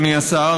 אדוני השר,